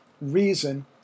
reason